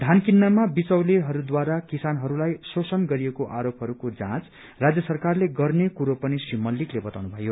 धान कित्रमा विचौलेहरूद्वारा किसानहरूलाई शोषण गरिएको आरोपहरूको जाँच राज्य सरकारले गर्ने कुरो पनि श्री मल्लिकले बताउनुभयो